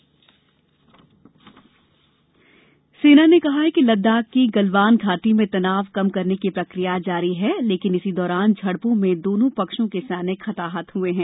सीमा तनाव सेना ने कहा है कि लद्दाख की गलवान घाटी में तनाव कम करने की प्रक्रिया जारी है लेकिन इसी दौरान झड़पों में दोनों पक्षों के सैनिक हताहत हुए हैं